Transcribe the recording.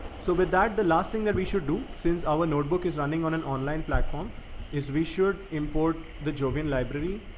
so with but that, the last thing that we should do since our notebook is running on an online platform is we should import the jovian library.